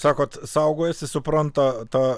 sakot saugojasi supranta tą